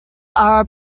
are